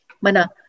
Mana